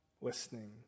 listening